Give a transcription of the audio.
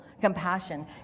compassion